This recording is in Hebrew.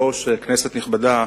אדוני היושב-ראש, כנסת נכבדה,